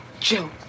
Joe